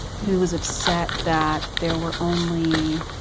who was upset that there were only,